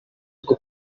bwo